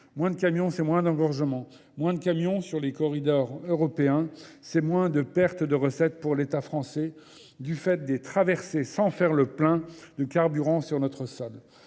Moins de camions, c'est moins d'engorgements. Moins de camions sur les corridors européens, c'est moins de pertes de recettes pour l'État français du fait des traversées sans faire le plein de carburant sur notre sol.